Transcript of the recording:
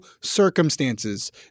circumstances